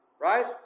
right